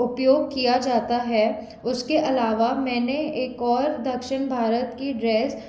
उपयोग किया जाता है उसके आलावा मैंने एक और दक्षिण भारत का ड्रेस